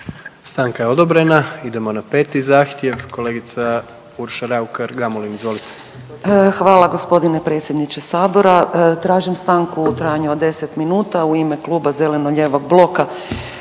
Stanka je odobrena. Idemo na peti zahtjev, kolegica Urša Raukar Gamulin. Izvolite. **Raukar-Gamulin, Urša (Možemo!)** Hvala gospodine predsjedniče sabora. Tražim stanku u trajanju od 10 minuta u ime Kluba zeleno-lijevog bloka